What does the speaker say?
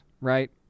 right